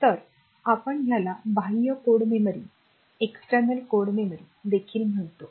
तर आपण ह्याला बाह्य कोड मेमरी देखील म्हणतो